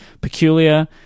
peculiar